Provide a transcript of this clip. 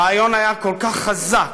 הרעיון היה כל כך חזק,